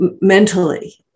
mentally